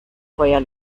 feuer